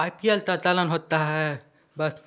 आई P L का चलन होता है बस